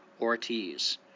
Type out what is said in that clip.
Ortiz